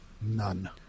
None